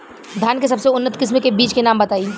धान के सबसे उन्नत किस्म के बिज के नाम बताई?